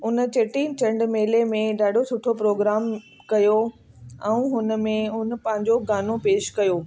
उन चेटीचंड मेले में ॾाढो सुठो प्रोग्राम कयो ऐं हुनमें हुन पंहिंजो गानो पेश कयो